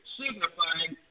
signifying